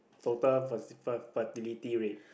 total ferti~ fer~ fertility rate